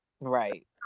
Right